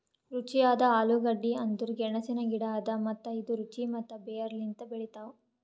ರುಚಿಯಾದ ಆಲೂಗಡ್ಡಿ ಅಂದುರ್ ಗೆಣಸಿನ ಗಿಡ ಅದಾ ಮತ್ತ ಇದು ರುಚಿ ಮತ್ತ ಬೇರ್ ಲಿಂತ್ ಬೆಳಿತಾವ್